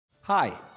Hi